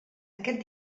aquest